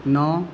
نو